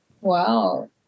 Wow